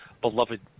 beloved